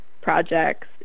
projects